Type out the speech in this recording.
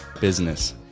Business